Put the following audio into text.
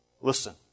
Listen